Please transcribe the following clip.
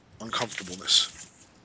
uncomfortableness